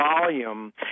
volume